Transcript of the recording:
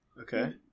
okay